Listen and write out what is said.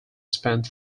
spent